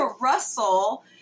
Russell